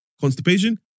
constipation